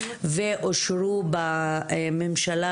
ואושרו בממשלה,